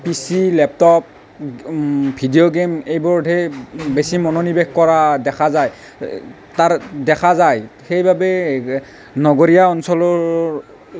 পিচি laptop video game এইবোৰতহে বেছি মনোনিৱেশ কৰা দেখা যায় তাৰ দেখা যায় সেইবাবে নগৰীয়া অঞ্চলৰ